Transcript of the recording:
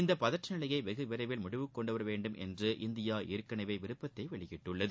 இந்த பதற்ற நிலையை வெகு விரைவில் முடிவுக்கு கொண்டுவர வேண்டும் என்று இந்தியா ஏற்கனவே விருப்பத்தை வெளியிட்டுள்ளது